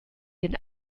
den